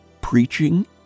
preaching